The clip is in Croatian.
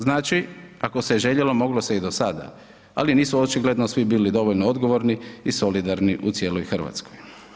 Znači ako se je željelo moglo se i do sada, ali nisu očigledno svi bili dovoljno odgovorni i solidarni u cijeloj Hrvatskoj.